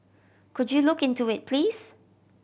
could you look into it please